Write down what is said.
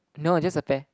no just a pear